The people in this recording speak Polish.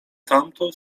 tamtą